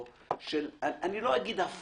אנחנו לא קובעים עכשיו עמדה לגבי זה ואם זה נכון או